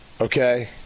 okay